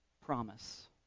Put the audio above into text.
promise